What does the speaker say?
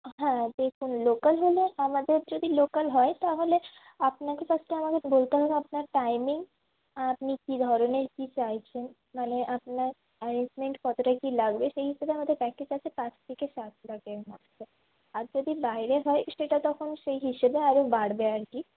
হ্যাঁ দেখুন লোকাল হলে আমাদের যদি লোকাল হয় তাহলে আপনাকে ফার্স্টে আমাদের বলতে হবে আপনার টাইমিং আপনি কী ধরনের কী চাইছেন মানে আপনার অ্যারেঞ্জমেন্ট কতটা কী লাগবে সেই হিসেবে আমাদের প্যাকেজ আছে পাঁচ থেকে সাত লাখের মধ্যে আর যদি বাইরে হয় সেটা তখন সেই হিসেবে আরও বাড়বে আর কি